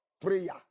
prayer